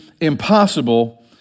impossible